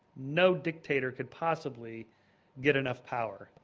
no dictator could possibly get enough power,